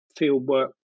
fieldwork